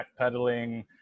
backpedaling